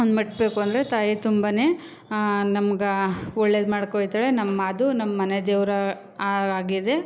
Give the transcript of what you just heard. ಒಂದು ಮಟ್ಟಬೇಕು ಅಂದರೆ ತಾಯಿ ತುಂಬನೇ ನಮ್ಗೆ ಒಳ್ಳೇದು ಮಾಡ್ಕೊ ಹೋಗ್ತಾಳೆ ನಮ್ಮದು ನಮ್ಮನೆದೇವ್ರು ಆಗಿದೆ